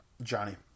Johnny